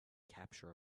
capture